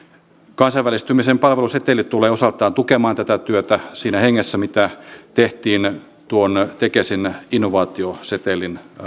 kansainvälistymisen palveluseteli tulee osaltaan tukemaan tätä työtä siinä hengessä mitä tehtiin tuon tekesin innovaatiosetelin